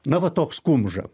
na va toks kumža